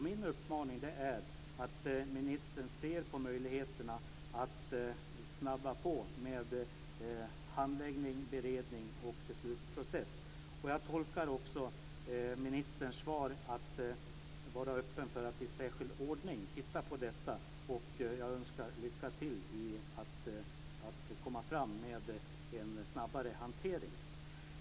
Min uppmaning är att ministern ser på möjligheterna att snabba på med handläggning, beredning och beslutsprocess. Jag tolkar också ministerns svar på ett sådant sätt att hon ska vara öppen för att i särskild ordning titta på detta, och jag önskar henne lycka till i fråga om att åstadkomma en snabbare hantering.